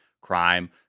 crime